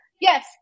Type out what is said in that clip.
Yes